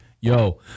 yo